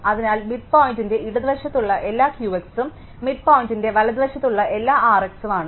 അതിനാൽ മിഡ് പോയിന്റ്ന്റെ ഇടതുവശത്തുള്ള എല്ലാം Q x ഉം മിഡ് പോയിന്റ്ന്റെ വലതുവശത്തുള്ള എല്ലാം R x ഉം ആണ്